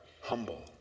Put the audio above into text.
humble